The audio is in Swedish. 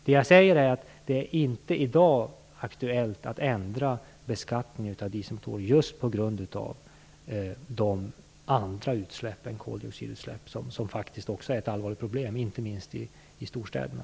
Det jag säger är att det inte i dag är aktuellt att ändra beskattningen av dieselmotorer, just på grund av de andra utsläpp än koldioxidutsläppen som faktiskt också är ett allvarligt problem, inte minst i storstäderna.